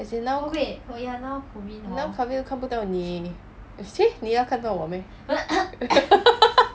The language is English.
as in now now COVID 都看不到你 you see 你要看到我 meh